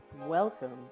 Welcome